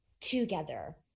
together